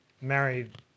married